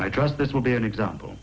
i trust this will be an example